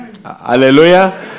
Hallelujah